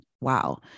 wow